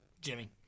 Jimmy